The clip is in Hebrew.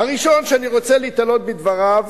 הראשון שאני רוצה להיתלות בדבריו